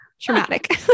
traumatic